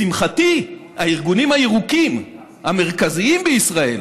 לשמחתי, הארגונים הירוקים המרכזיים בישראל,